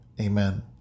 Amen